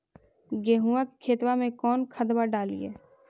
गेहुआ के खेतवा में कौन खदबा डालिए?